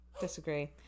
disagree